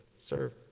serve